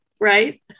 right